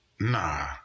nah